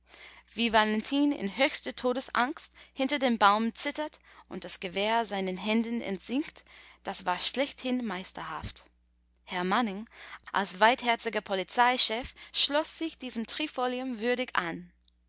wie vallentin in höchster todesangst hinter dem baum zittert und das gewehr seinen händen entsinkt das war schlechthin meisterhaft herr manning als weitherziger polizeichef schloß sich diesem trifolium würdig an